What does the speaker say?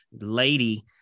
lady